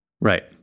Right